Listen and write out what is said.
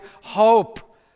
hope